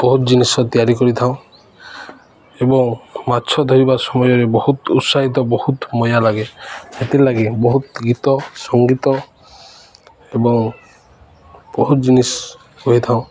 ବହୁତ ଜିନିଷ ତିଆରି କରିଥାଉଁ ଏବଂ ମାଛ ଧରିବା ସମୟରେ ବହୁତ ଉତ୍ସାହିତ ବହୁତ ମଜାଲାଗେ ସେଥିର୍ଲାଗି ବହୁତ ଗୀତ ସଙ୍ଗୀତ ଏବଂ ବହୁତ ଜିନିଷ୍ ହୋଇଥାଉଁ